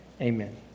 amen